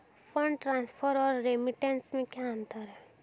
Fund transfer और remittance में क्या अंतर है?